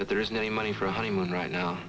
that there isn't any money for a honeymoon right now